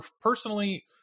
personally